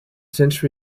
since